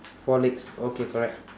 four legs okay correct